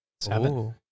Seven